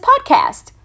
podcast